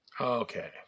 Okay